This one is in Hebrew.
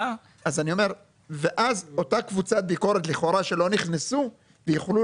אני אומר שאותה קבוצת ביקורת לכאורה שלא נכנסו יוכלו